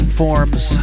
forms